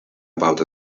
about